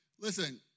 Listen